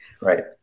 Right